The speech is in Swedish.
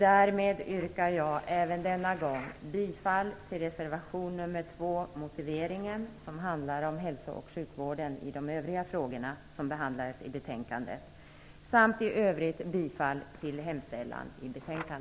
Därmed yrkar jag även denna gång bifall till reservation nr 2 om motiveringen till mom. 1 och 2, angående de övriga frågor inom hälso och sjukvården som behandlas i betänkandet, samt i övrigt bifall till utskottets hemställan.